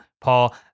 Paul